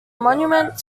monument